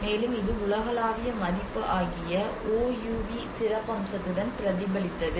மேலும் இது உலகளாவிய மதிப்பு ஆகிய ஓ யூ வி சிறப்பம்சத்துடன் பிரதிபலித்தது